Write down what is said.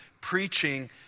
preaching